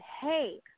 hey